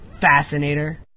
fascinator